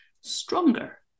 stronger